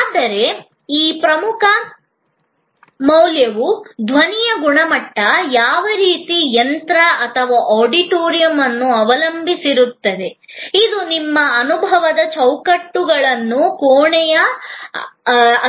ಆದರೆ ಆ ಪ್ರಮುಖ ಮೌಲ್ಯವು ಧ್ವನಿಯ ಗುಣಮಟ್ಟ ಯಾವ ರೀತಿಯ ಯಂತ್ರ ಅಥವಾ ಆಡಿಟೋರಿಯಂ ಅನ್ನು ಅವಲಂಬಿಸಿರುತ್ತದೆ ಇದು ನಿಮ್ಮ ಅನುಭವದ ಚೌಕಟ್ಟು ಕೋಣೆಯ